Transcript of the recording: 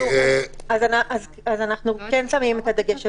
אז אנחנו כן שמים את הדגש הזה.